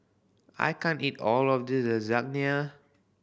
I can't eat all of this Lasagna